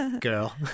Girl